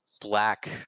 black